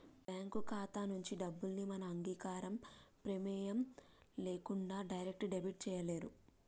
మన బ్యేంకు ఖాతా నుంచి డబ్బుని మన అంగీకారం, ప్రెమేయం లేకుండా డైరెక్ట్ డెబిట్ చేయలేరు